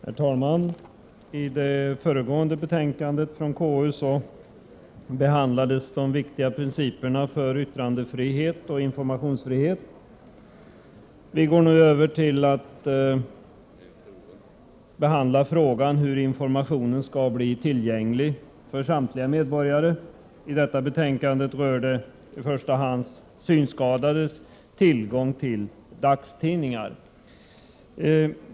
Herr talman! Vid den föregående behandlingen upptogs konstitutionsutskottets betänkande om de viktiga principerna för yttrandefrihet och informationsfrihet. Vi övergår nu till att behandla frågan om hur information skall bli tillgänglig för samtliga medborgare. I det nu aktuella betänkandet rör det i första hand synskadades tillgång till dagstidningar.